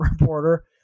reporter